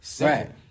Right